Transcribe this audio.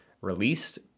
released